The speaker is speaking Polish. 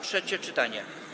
Trzecie czytanie.